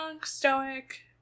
stoic